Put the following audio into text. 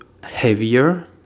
heavier